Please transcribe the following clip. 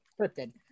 Cryptid